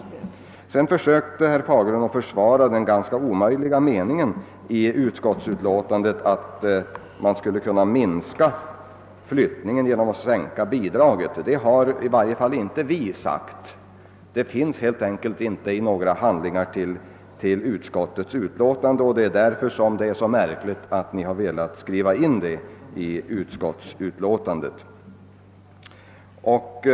Herr Fagerlund försökte vidare försvara den ganska omöjliga meningen i utskottsutlåtandet att man skulle kunna minska flyttningen genom att sänka bidraget. Det har i varje fall inte vi talat om. Något sådant yttrande finns helt enkelt inte i några handlingar till utskottets utlåtande, och därför är det märkligt att ni har velat skriva in det i utlåtandet.